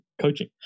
coaching